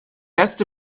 erste